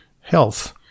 health